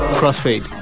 Crossfade